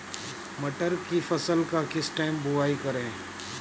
मटर की फसल का किस टाइम बुवाई करें?